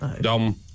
Dom